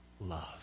love